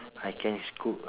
I can scoop uh